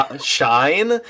shine